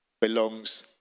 belongs